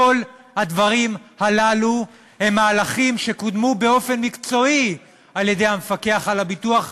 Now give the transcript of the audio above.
כל הדברים הללו הם מהלכים שקודמו באופן מקצועי על-ידי המפקח על הביטוח,